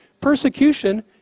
Persecution